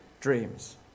dreams